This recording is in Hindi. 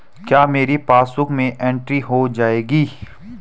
क्या मेरी पासबुक में एंट्री हो जाएगी?